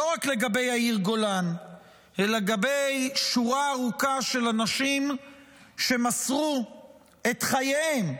לא רק לגבי יאיר גולן אלא לגבי שורה ארוכה של אנשים שמסרו את חייהם,